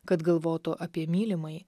kad galvotų apie mylimąjį